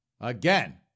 Again